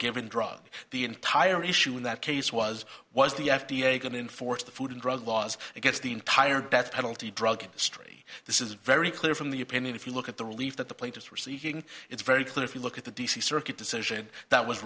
given drug the entire issue in that case was was the f d a going to enforce the food and drug laws it gets the entire death penalty drug industry this is very clear from the opinion if you look at the relief that the plaintiffs were seeking it's very clear if you look at the d c circuit decision that was